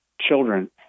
children